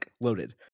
loaded